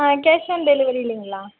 cash on delivery இல்லைங்களா